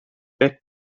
back